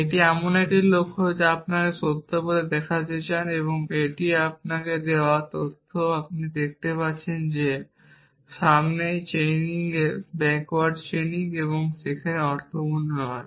এটি এমন একটি লক্ষ্য যা আপনি সত্য বলে দেখাতে চান এবং এটিই আপনাকে দেওয়া তথ্য এখন আপনি দেখতে পাচ্ছেন যে সামনের চেইনিং ব্যাকওয়ার্ড চেইনিং এখানে অর্থপূর্ণ নয়